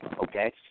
okay